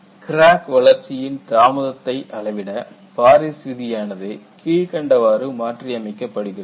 கிராக்கின் வளர்ச்சியின் தாமதத்தை அளவிட பாரிஸ் விதியானது கீழ்க்கண்டவாறு மாற்றியமைக்கப்படுகிறது